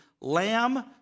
Lamb